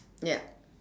yup